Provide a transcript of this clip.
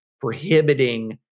prohibiting